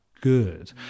Good